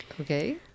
Okay